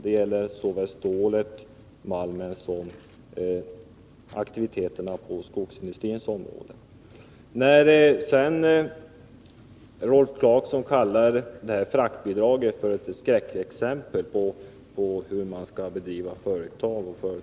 Det gäller såväl stålet, malmen som aktiviteterna på skogsindustrins område. Rolf Clarkson kallar fraktbidraget för ett skräckexempel på dålig företagsamhet.